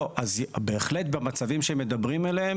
בהחלט במצבים שמדברים עליהם,